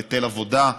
על היטל עבודה,